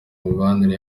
mibanire